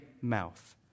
mouth